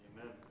Amen